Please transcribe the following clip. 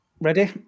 Ready